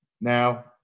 Now